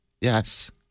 yes